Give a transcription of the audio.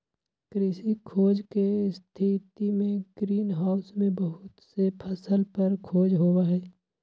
कृषि खोज के स्थितिमें ग्रीन हाउस में बहुत से फसल पर खोज होबा हई